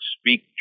Speak